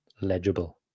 legible